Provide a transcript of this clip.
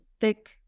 thick